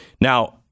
Now